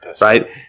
Right